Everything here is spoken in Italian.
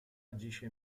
agisce